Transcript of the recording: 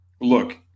look